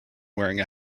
wearing